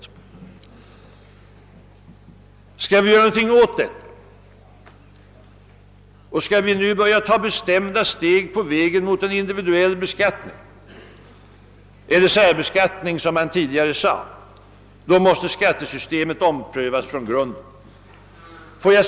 Skall vi kunna göra någonting åt detta och skall vi nu börja ta bestämda steg på vägen mot en individuell beskattning — eller särbeskattning, som man tidigare sade — då måste skattesystemet omprövas från grunden.